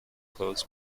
clothes